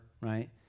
right